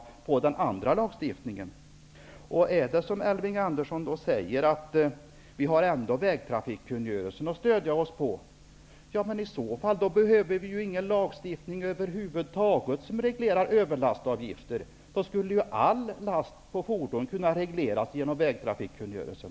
Om det är som Elving Andersson säger, att vi ändå har vägtrafikkungörelsen att stödja oss på, behöver vi över huvud taget ingen lagstiftning som reglerar överlastavgifter. Då skulle ju all last på fordon kunna regleras genom vägtrafikkungörelsen.